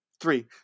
Three